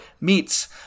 Meets